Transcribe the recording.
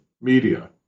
media